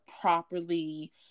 properly